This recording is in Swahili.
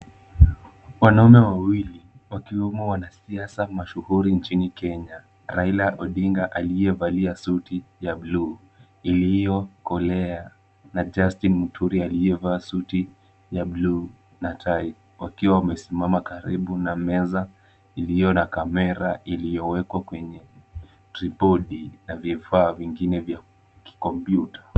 Wanaume wawili wakiwemo wanasiasa mashuhuri nchini Kenya. Raila Odinga aliyevalia suti ya bluu iliyokolea na Justin Muturi aliyevaa suti ya bluu na tai wakiwa wamesimama karibu na meza iliyo na kamera iliyowekwa kwenye tripodi na vifaa vingine vya kompyuta.